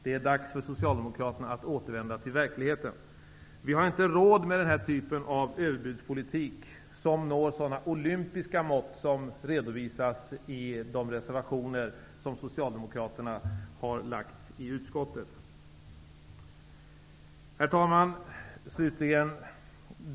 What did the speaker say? Det är dags för Socialdemokraterna att återvända till verkligheten. Vi har inte råd med den här typen av överbudspolitik, som når sådana olympiska mått som redovisas i de reservationer som Socialdemokraterna har lagt i utskottet. Herr talman!